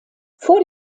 vor